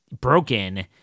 broken